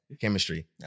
chemistry